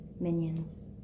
minions